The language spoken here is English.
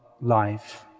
life